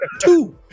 Two